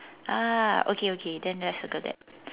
ah okay okay then let's circle that